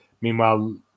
Meanwhile